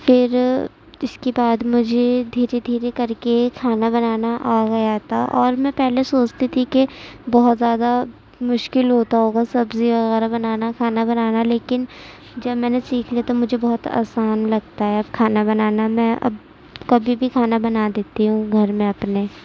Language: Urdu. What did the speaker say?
پھر اس کے بعد مجھے دھیرے دھیرے کر کے کھانا بنانا آ گیا تھا اور میں پہلے سوچتی تھی کہ بہت زیادہ مشکل ہوتا ہوگا سبزی وغیرہ بنانا کھانا بنانا لیکن جب میں نے سیکھ لیا تو مجھے بہت آسان لگتا ہے اب کھانا بنانا میں اب کبھی بھی کھانا بنا دیتی ہوں گھر میں اپنے